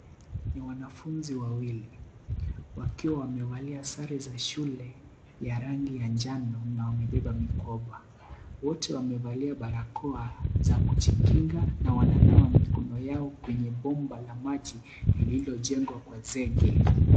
Ni wanafunzi wawili. Wakiwa wamevalia sare za shule ya rangi ya njano na wamebeba mikoba. Wote wamevalia barakoa za kujikinga na wananawa mikono yao kwenye bomba la maji lililojengwa kwa zege.